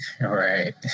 right